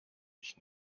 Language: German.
ich